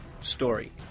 Story